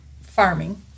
farming